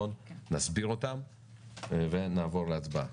נסביר אותן ונעבור להצבעה.